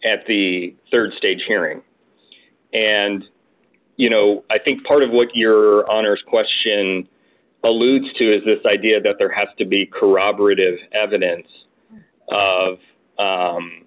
at the rd stage hearing and you know i think part of what your honour's question alludes to is this idea that there has to be corroborative evidence of